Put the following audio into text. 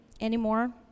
anymore